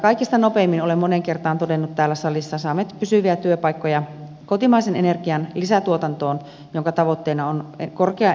kaikista nopeimmin olen moneen kertaan todennut sen täällä salissa saamme pysyviä työpaikkoja kotimaisen energian lisätuotantoon jonka tavoitteena on korkea energiaomavaraisuusaste